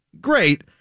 Great